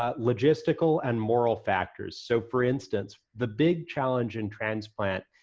ah logistical, and moral factors. so, for instance, the big challenge in transplant,